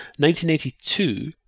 1982